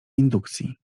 indukcji